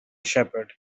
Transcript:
shepherd